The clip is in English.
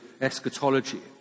eschatology